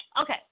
okay